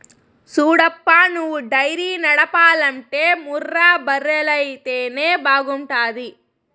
సూడప్పా నువ్వు డైరీ నడపాలంటే ముర్రా బర్రెలైతేనే బాగుంటాది